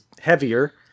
heavier